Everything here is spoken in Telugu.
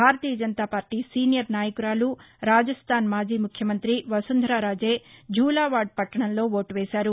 భారతీయ జనతా పార్టీ సీనియర్ నాయకురాలు రాజస్టాన్ మాజీ ముఖ్యమంత్రి వసుంధరా రాజే ఝాలావాడ్ పట్టణంలో ఓటు వేశారు